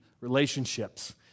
relationships